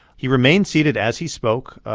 he remained seated as he spoke,